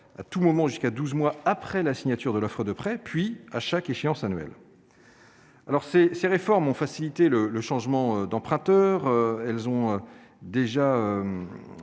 à tout moment jusqu'à douze mois après la signature de l'offre de prêt, puis à chaque échéance annuelle. Ces réformes ont facilité le changement d'emprunteur et ont déjà